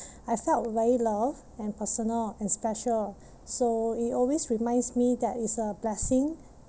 I felt very loved and personal and special so it always reminds me that it's a blessing